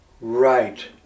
Right